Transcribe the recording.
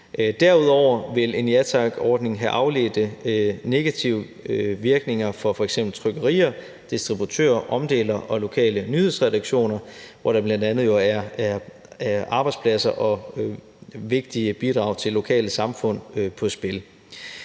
Derudover vil en Ja Tak-ordning have afledte negative virkninger for f.eks. trykkerier, distributører, omdelere og lokale nyhedsredaktioner, hvor der bl.a. jo er arbejdspladser og vigtige bidrag til lokale samfund på spil.